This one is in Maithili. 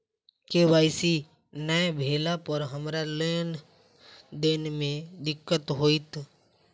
के.वाई.सी नै भेला पर हमरा लेन देन मे दिक्कत होइत?